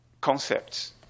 concepts